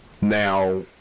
Now